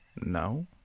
No